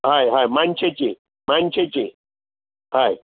हय हय मानशेची मानशेची हय